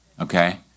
Okay